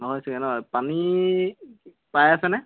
নহয়ছেগৈ ন পানী পাই আছেনে